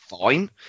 fine